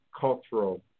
cultural